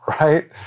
right